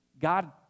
God